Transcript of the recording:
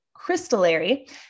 Crystallary